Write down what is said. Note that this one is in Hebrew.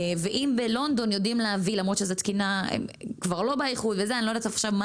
ואם בלונדון יודעים להביא את זה למרות שאני לא יודעת עכשיו מה